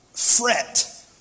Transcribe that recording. fret